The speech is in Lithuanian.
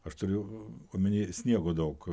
aš turiu omeny sniego daug